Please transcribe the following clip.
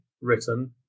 written